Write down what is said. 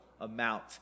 amount